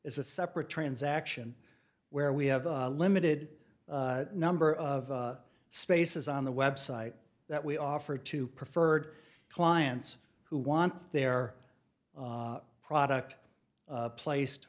is a separate transaction where we have a limited number of spaces on the website that we offer to preferred clients who want their product placed